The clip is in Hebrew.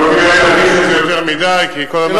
אבל לא כדאי להדגיש את זה יותר מדי כי כל עוד,